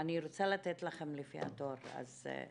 אני רוצה לתת לכן לפי התור -- עאידה,